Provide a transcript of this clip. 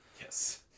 Yes